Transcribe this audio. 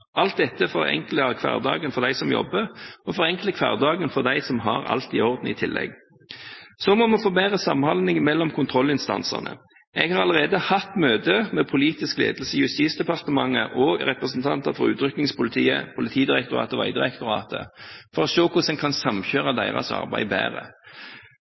Alt dette forenkler hverdagen for dem som jobber her, og forenkler i tillegg hverdagen for dem som har alt i orden. Så må vi forbedre samhandlingen mellom kontrollinstansene. Jeg har allerede hatt møte med politisk ledelse i Justisdepartementet og representanter for Utrykningspolitiet, Politidirektoratet og Vegdirektoratet for å se hvordan en kan samkjøre deres arbeid bedre.